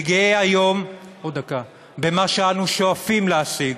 אני גאה היום במה שאנחנו שואפים להשיג,